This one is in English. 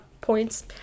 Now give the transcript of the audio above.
points